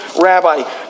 rabbi